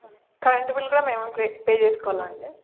current bill కూడా మేమే pay pay చే సుకోవాలాండి